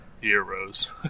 heroes